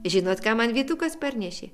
žinot ką man vytukas parnešė